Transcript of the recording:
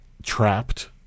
Trapped